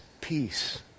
peace